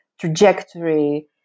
trajectory